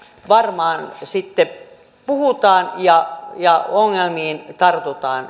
varmaan sitten puhutaan ja ja ongelmiin tartutaan